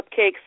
cupcakes